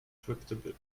intractable